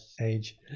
age